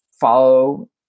follow